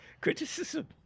Criticism